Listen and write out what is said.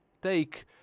Take